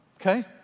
Okay